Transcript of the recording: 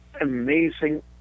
amazing